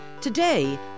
Today